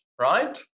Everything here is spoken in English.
right